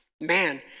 man